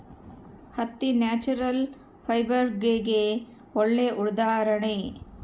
ಹತ್ತಿ ನ್ಯಾಚುರಲ್ ಫೈಬರ್ಸ್ಗೆಗೆ ಒಳ್ಳೆ ಉದಾಹರಣೆ